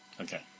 Okay